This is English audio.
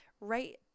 right